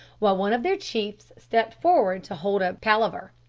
while one of their chiefs stepped forward to hold a palaver.